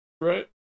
Right